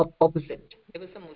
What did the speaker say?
opposite